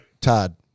Todd